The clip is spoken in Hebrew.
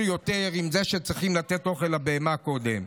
יותר עם זה שצריכים לתת אוכל לבהמה קודם.